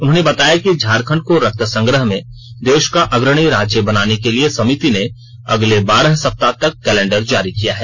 उन्होंने बताया कि झारखंड को रक्त संग्रह में देश का अग्रणी राज्य बनाने के लिए समिति ने अगले बारह सप्ताह का कैंलेंडर जारी किया है